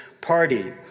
Party